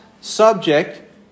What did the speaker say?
subject